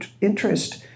interest